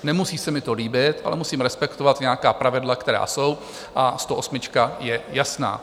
Nemusí se mi to líbit, ale musím respektovat nějaká pravidla, která jsou, a sto osmička je jasná.